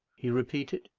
he repeated.